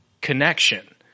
connection